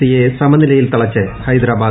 സിയെ സമനിലയിൽ തളച്ച് ഹൈദരാബാദ്